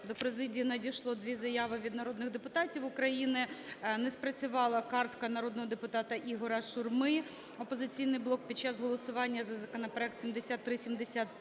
До президії надійшло дві заяви від народних депутатів України. Не спрацювала картка народного депутата Ігоря Шурми "Опозиційний блок" під час голосування за законопроект 7373